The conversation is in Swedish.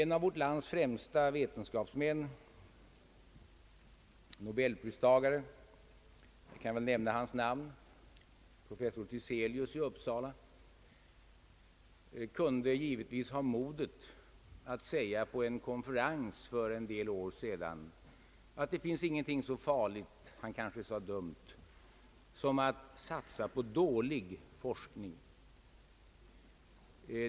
En av vårt lands främsta vetenskapsmän, en nobelpristagare — jag kan väl nämna hans namn: professor Tiselius i Uppsala — kunde ha modet att på en konferens för en del år sedan yttra, att det inte finns något så farligt — eller kanske han sade dumt — som att satsa på dålig forskning.